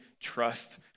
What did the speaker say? trust